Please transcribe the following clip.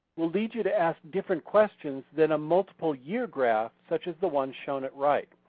will lead you to ask different questions than a multiple year graph, such as the one shown at right.